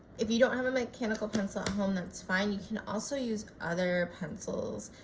if you don't have a mechanical pencil at home that's fine you can also use other pencils,